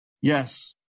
Yes